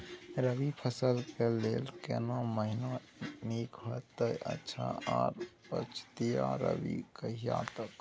रबी फसल के लेल केना महीना नीक होयत अछि आर पछाति रबी कहिया तक?